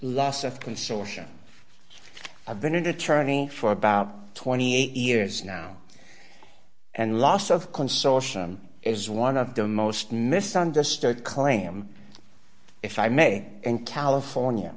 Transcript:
loss of consortium i've been an attorney for about twenty eight years now and loss of consortium is one of the most misunderstood claim if i may in california